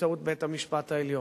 באמצעות בית-המשפט העליון.